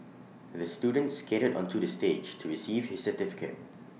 the student skated onto the stage to receive his certificate